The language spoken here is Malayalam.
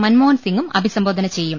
മൻമോ ഹൻസിങും അഭിസംബോധന ചെയ്യും